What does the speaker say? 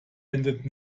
endet